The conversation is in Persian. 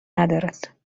ندارد